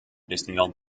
disneyland